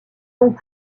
donc